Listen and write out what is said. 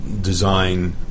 design